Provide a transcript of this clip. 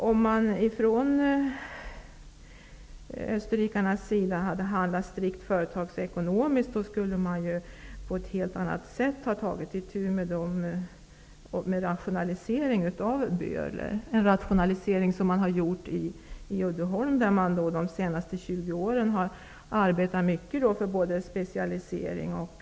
Om österrikarna hade handlat strikt företagsekonomiskt skulle man på ett helt annat sätt ha tagit itu med en rationalisering av Böhler. En sådan rationalisering har man gjort i Uddeholm, där man de senaste 20 åren har arbetat mycket för en specialisering.